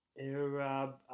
Arab